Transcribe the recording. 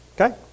Okay